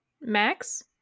Max